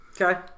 Okay